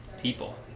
people